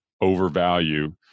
overvalue